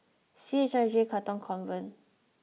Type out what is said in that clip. C H I J Katong Convent